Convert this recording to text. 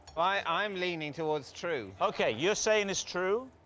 i'm leaning towards true. ok, you're saying it's true?